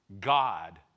God